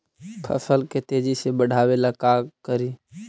फसल के तेजी से बढ़ाबे ला का करि?